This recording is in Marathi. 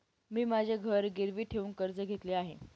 मी माझे घर गिरवी ठेवून कर्ज घेतले आहे